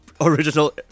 original